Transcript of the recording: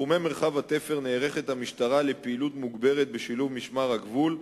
בתחומי מרחב התפר נערכת המשטרה לפעילות מוגברת בשילוב משמר הגבול,